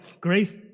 Grace